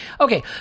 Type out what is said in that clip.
Okay